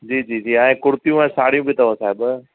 जी जी जी आहे कुर्तियूं ऐं साड़ियूं बि अथव साहिबु